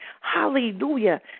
Hallelujah